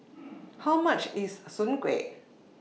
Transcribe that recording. How much IS Soon Kuih